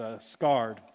scarred